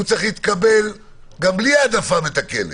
הוא צריך להתקבל גם בלי העדפה מתקנת.